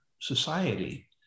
society